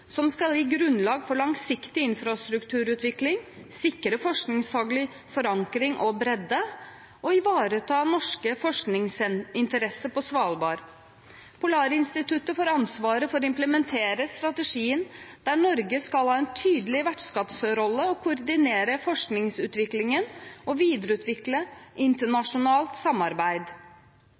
som skal gi grunnlag for en langsiktig infrastrukturutvikling, sikre forskningsfaglig forankring og bredde og ivareta norske forskningsinteresser på Svalbard. Polarinstituttet får ansvaret for å implementere strategien, der Norge skal ha en tydelig vertskapsrolle og koordinere forskningsutviklingen og videreutvikle internasjonalt samarbeid.